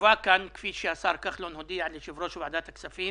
כפי שהשר כחלון הודיע ליושב-ראש ועדת הכספים